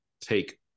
take